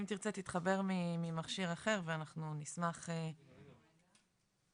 אם תרצה תתחבר ממכשיר אחר ואנחנו נשמח לשמוע אותך.